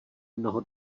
mnoho